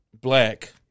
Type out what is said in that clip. Black